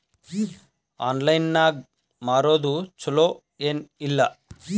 Online ನಾಗ್ ಮಾರೋದು ಛಲೋ ಏನ್ ಇಲ್ಲ?